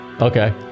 Okay